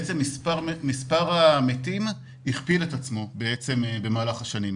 בעצם מספר המתים כל שנה הכפיל את עצמו במהלך השנים.